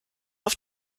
auf